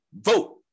vote